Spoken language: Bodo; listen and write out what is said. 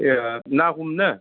ए ना हमनो